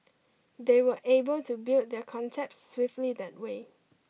they were able to build their concept swiftly that way